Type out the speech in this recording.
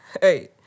Hey